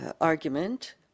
argument